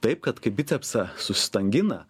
taip kad kaip bicepsą sustangina